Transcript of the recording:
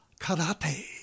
karate